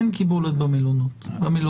אין קיבולת במלוניות.